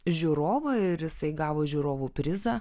žiūrovą ir jisai gavo žiūrovų prizą